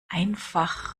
einfach